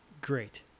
great